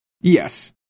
Yes